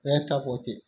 வேஸ்ட்டாக போச்சு